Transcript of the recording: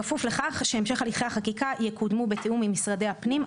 כפוף לכך שהמשך הליכי החקיקה יקודמו בתיאום עם משרדי הפנים,